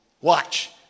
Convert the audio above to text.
Watch